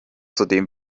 zudem